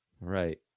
Right